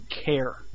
care